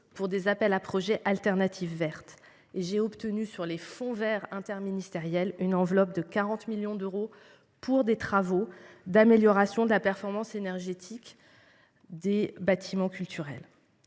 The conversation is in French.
pour des appels à projets Alternatives vertes. J’ai également obtenu sur les fonds verts interministériels une enveloppe de 40 millions d’euros pour financer des travaux d’amélioration de la performance énergétique des bâtiments culturels.